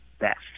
best